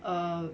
err